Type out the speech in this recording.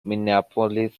minneapolis